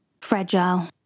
Fragile